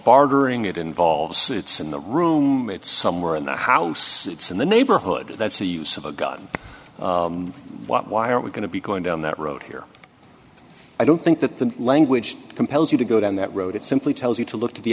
bartering it involves it's in the room it's somewhere in the house it's in the neighborhood that's a use of a gun what why are we going to be going down that road here i don't think that the language compels you to go down that road it simply tells you to look at the